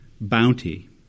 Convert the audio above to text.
bounty